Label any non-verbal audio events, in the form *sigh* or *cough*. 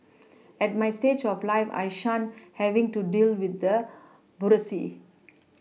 *noise* at my stage of life I shun having to deal with the *unintelligible*